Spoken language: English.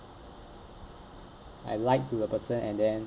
I lied to the person and then